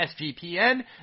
sgpn